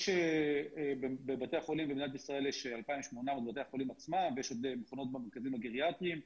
בבתי החולים במדינת ישראל יש 2,800 ועוד מכונות במתקנים הגריאטריים.